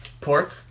pork